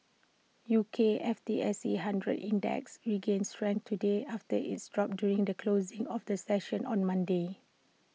U K's F T S E hundred index regained strength today after its drop during the closing of the session on Monday